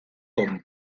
con